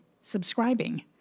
subscribing